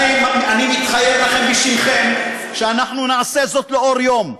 אני מתחייב לכם בשמכם שאנחנו נעשה זאת לאור יום,